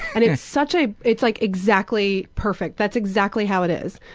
and it's such a it's like exactly perfect, that's exactly how it is.